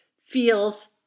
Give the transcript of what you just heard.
feels